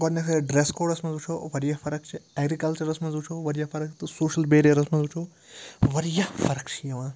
گۄڈٕنٮ۪تھٕے ڈرٛٮ۪س کوڈَس منٛز وٕچھو واریاہ فرَق چھِ اٮ۪گرِکَلچَرَس منٛز وٕچھو واریاہ فرَق تہٕ سوشَل بیریَرَس منٛز وٕچھو واریاہ فرَق چھِ یِوان